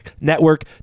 Network